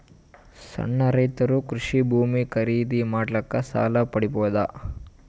ಸಣ್ಣ ರೈತರು ಕೃಷಿ ಭೂಮಿ ಖರೀದಿ ಮಾಡ್ಲಿಕ್ಕ ಸಾಲ ಪಡಿಬೋದ?